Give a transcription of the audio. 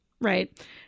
right